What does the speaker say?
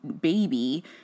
baby